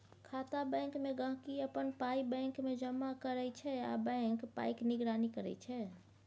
खाता बैंकमे गांहिकी अपन पाइ बैंकमे जमा करै छै आ बैंक पाइक निगरानी करै छै